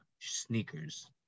sneakers